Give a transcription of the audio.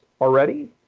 already